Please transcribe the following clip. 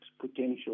potential